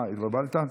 אה, התבלבלת?